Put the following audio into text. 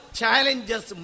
challenges